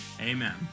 Amen